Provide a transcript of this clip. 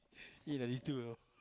he ninety two you know